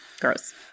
Gross